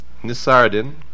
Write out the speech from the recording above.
Nisardin